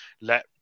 let